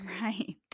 Right